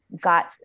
got